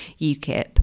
UKIP